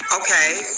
okay